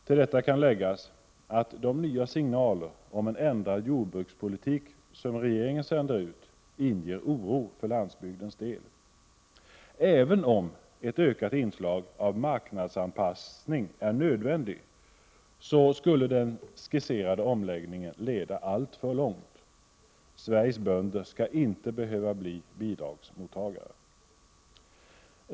Till detta kan läggas att de nya signaler om en ändrad jordbrukspolitik som regeringen sänder ut inger oro för landsbygdens del. Även om ett ökat inslag av marknadsanpassning är nödvändig, skulle den skisserade omläggningen leda alltför långt. Sveriges bönder skall inte behöva bli bidragsmottagare.